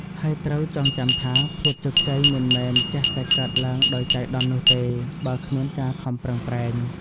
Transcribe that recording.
ហើយត្រូវចងចាំថា ភាពជោគជ័យមិនមែនចេះតែកើតឡើងដោយចៃដន្យនោះទេ បើគ្មានការខំប្រឹងប្រែង។